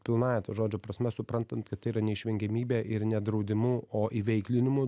pilnąja to žodžio prasme suprantant kad tai yra neišvengiamybė ir ne draudimu o įveiklinimu